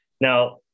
Now